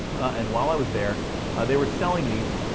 and while i was there they were selling these,